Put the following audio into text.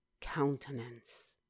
countenance